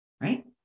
right